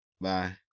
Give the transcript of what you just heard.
Bye